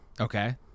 okay